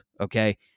okay